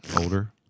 older